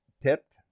tipped